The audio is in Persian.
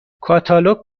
کاتالوگ